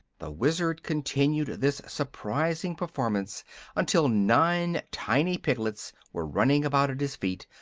the wizard continued this surprising performance until nine tiny piglets were running about at his feet,